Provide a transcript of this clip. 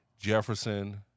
Jefferson